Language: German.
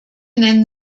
nennen